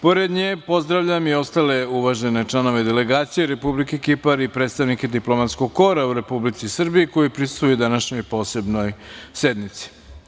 Pored nje pozdravljam i ostale uvažene članove delegacije Republike Kipar i predstavnike diplomatskog kora u Republici Srbiji koji prisustvuju današnjoj posebnoj sednici.